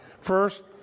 First